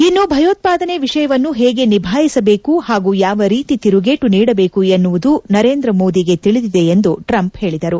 ಇನ್ನು ಭೆಯೋತ್ಪಾದನೆ ವಿಷಯವನ್ನು ಹೇಗೆ ನಿಭಾಯಿಸಬೇಕು ಹಾಗೂ ಯಾವ ರೀತಿ ತಿರುಗೇಟು ನೀಡಬೇಕು ಎನ್ನುವುದು ನರೇಂದ ಮೋದಿಗೆ ತಿಳಿದಿದೆ ಎಂದು ಟ್ರಂಪ್ ಹೇಳಿದರು